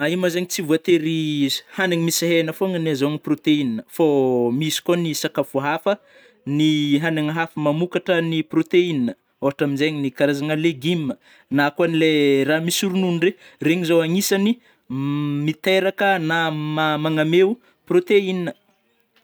Io ma zegny tsy voatery hanigny misy hena fogna ny azahogna proteine, fô misy kô ny sakafo hafa, ny hanigny hafa mamokatra ny proteine, ôhatra amizegny ny karazagna légumes, na kô le ra misy ronono regny, regny zao agnisany m miteraka na ma- magnameo proteine.